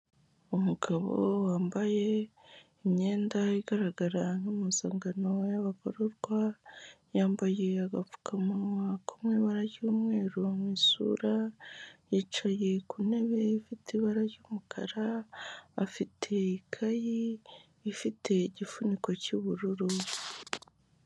Umugabo wambaye imyenda igaragara nk'impuzangano y'abagororwa, yambaye agapfukamunwa ko mu ibara ry'umweru mu isura, yicaye ku ntebe ifite ibara ry'umukara, afite ikayi ifite igifuniko cy'ubururu.